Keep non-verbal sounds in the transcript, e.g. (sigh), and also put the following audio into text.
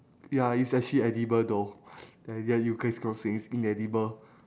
ya it's actually edible though (noise) ya you guys gonna say it's inedible